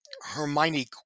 Hermione